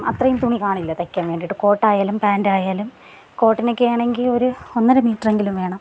അത്രയും തുണി കാണില്ല തയ്ക്കാൻ വേണ്ടീട്ട് കോട്ടായാലും പാൻറ്റായാലും കോട്ടിനൊക്കെയാണെങ്കിൽ ഒരു ഒന്നര മീറ്ററെങ്കിലും വേണം